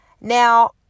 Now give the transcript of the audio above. Now